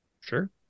sure